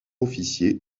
officier